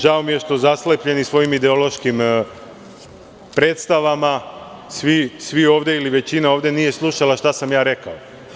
Žao mi je što zaslepljeni svojim ideološkim predstavama, svi ovde ili većina ovde nije slušala šta sam ja rekao.